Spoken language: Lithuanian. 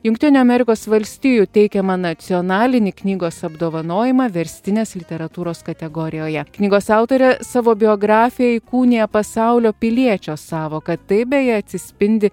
jungtinių amerikos valstijų teikiamą nacionalinį knygos apdovanojimą verstinės literatūros kategorijoje knygos autorė savo biografija įkūnija pasaulio piliečio sąvoką tai beje atsispindi